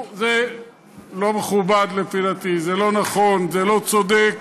זה לא מכובד, לפי דעתי, זה לא נכון, זה לא צודק.